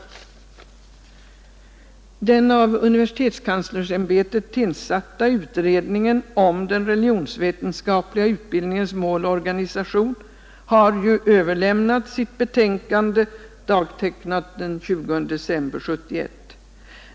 Den av universitetskanslersämbetet tillsatta utredningen om den religionsvetenskapliga utbildningens mål och organisation har ju överlämnat sitt betänkande, dagtecknat den 20 december 1971.